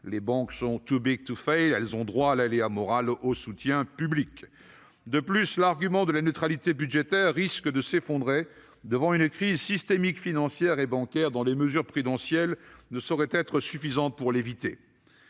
les banques sont «»! Eh oui ! Elles ont droit à l'aléa moral, au soutien public. De plus, l'argument de la neutralité budgétaire risque de s'effondrer devant une crise systémique financière et bancaire, d'autant que les mesures prudentielles ne sauraient être suffisantes pour l'éviter.